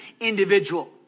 individual